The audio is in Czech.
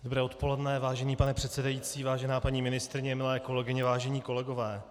Dobré odpoledne, vážený pane předsedající, vážená paní ministryně, milé kolegyně, vážení kolegové.